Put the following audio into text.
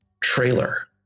trailer